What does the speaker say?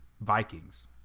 Vikings